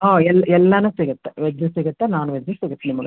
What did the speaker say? ಹಾಂ ಎಲ್ಲ ಎಲ್ಲನೂ ಸಿಗುತ್ತೆ ವೆಜ್ಜು ಸಿಗುತ್ತೆ ನಾನ್ ವೆಜ್ಜು ಸಿಗುತ್ತೆ ನಿಮ್ಗೆ